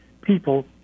people